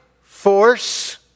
force